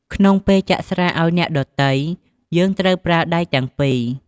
ក្នុងពេលចាក់ស្រាអោយអ្នកដ៏ទៃ យើងត្រូវប្រើដៃទាំងពីរ។